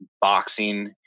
boxing